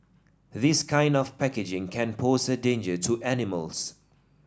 this kind of packaging can pose a danger to animals